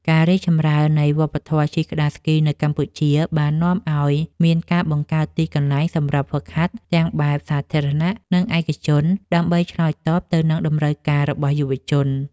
ការរីកចម្រើននៃវប្បធម៌ជិះក្ដារស្គីនៅកម្ពុជា បាននាំឱ្យមានការបង្កើតទីកន្លែងសម្រាប់ហ្វឹកហាត់ទាំងបែបសាធារណៈ និងឯកជន ដើម្បីឆ្លើយតបទៅនឹងតម្រូវការរបស់យុវជន។